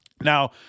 Now